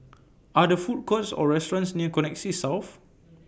Are There Food Courts Or restaurants near Connexis South